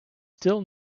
still